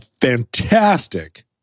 fantastic